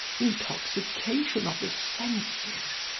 intoxication of the senses!